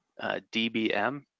dbm